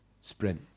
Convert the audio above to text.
sprint